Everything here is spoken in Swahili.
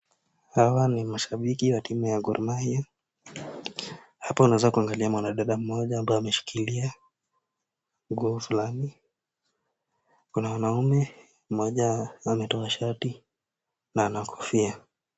Hawa ni mashabiki wa timu ya Gor Mahia . Hapa unaweza kuangalia mwanadada mmoja ambaye ameshikilia nguo fulani . Kuna wanaume mmoja ametoa shati na ana kofia .